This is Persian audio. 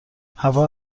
هوا